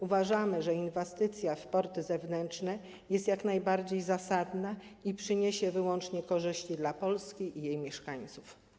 Uważamy, że inwestycja w porty zewnętrzne jest jak najbardziej zasadna i przyniesie wyłącznie korzyści dla Polski i jej mieszkańców.